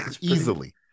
easily